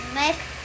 make